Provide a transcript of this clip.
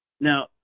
now